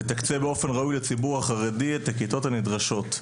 ותקצה באופן ראוי לציבור החרדי את הכיתות הנדרשות,